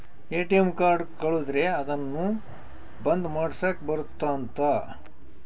ATM card ಕಳುದ್ರೆ ಅದುನ್ನ ಬಂದ್ ಮಾಡ್ಸಕ್ ಬರುತ್ತ ಅಂತ